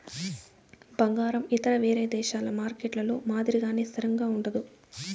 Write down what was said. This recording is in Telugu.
బంగారం ఇతర వేరే దేశాల మార్కెట్లలో మాదిరిగానే స్థిరంగా ఉండదు